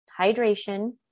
hydration